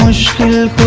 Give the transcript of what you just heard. school.